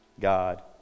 God